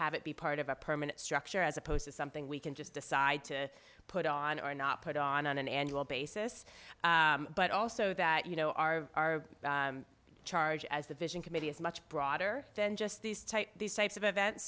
have it be part of a permanent structure as opposed to something we can just decide to put on or not put on an annual basis but also that you know our charge as the vision committee is much broader than just these type these types of events